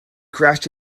crashed